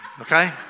okay